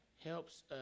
Helps